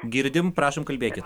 girdim prašom kalbėkit